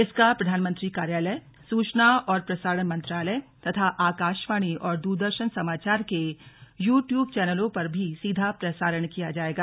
इसका प्रधानमंत्री कार्यालय सूचना और प्रसारण मंत्रालय तथा आकाशवाणी और द्रदर्शन समाचार के यू ट्यूब चैनलों पर भी सीधा प्रसारण किया जाएगा